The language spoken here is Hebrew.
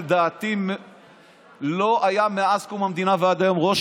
לדעתי לא היה מאז קום המדינה ועד היום ראש